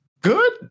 good